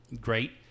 great